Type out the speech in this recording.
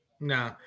No